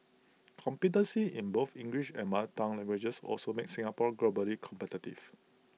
competency in both English and mother tongue languages also makes Singapore globally competitive